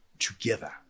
Together